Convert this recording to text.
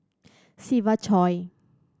Siva Choy